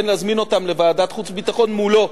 דיברתי בעדינות ולא בציניות.